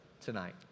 tonight